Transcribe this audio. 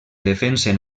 defensen